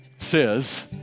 Says